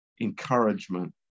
encouragement